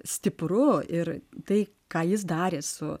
stipru ir tai ką jis darė su